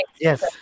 Yes